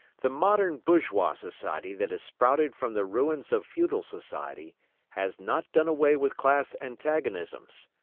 the modern bourgeois society that has sprouted from the ruins of feudal society has not done away with class antagonisms.